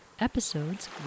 Episodes